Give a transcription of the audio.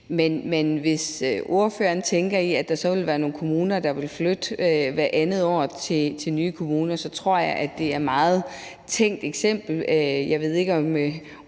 Men hvis ordføreren tænker i, at der så er nogle, der hvert andet år vil flytte til nye kommuner, så tror jeg, at det er et meget tænkt eksempel. Jeg ved ikke, om